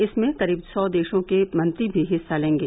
इसमें करीब सौ देशों के मंत्री भी हिस्सा लेंगे